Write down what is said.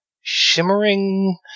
shimmering